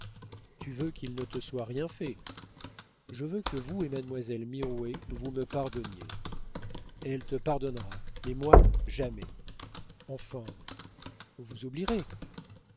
tu veux qu'il ne te soit rien fait je veux que vous et mademoiselle mirouët vous me pardonniez elle te pardonnera mais moi jamais enfin vous oublierez